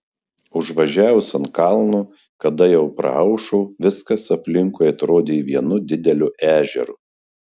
užvažiavus ant kalno kada jau praaušo viskas aplinkui atrodė vienu dideliu ežeru